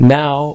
now